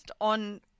on